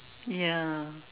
ya